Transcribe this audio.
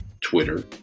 Twitter